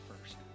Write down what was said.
first